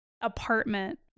apartment